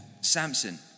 Samson